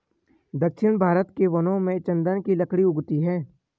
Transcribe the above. दक्षिण भारत के वनों में चन्दन की लकड़ी उगती है